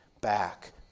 back